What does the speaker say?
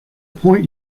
point